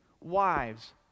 wives